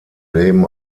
leben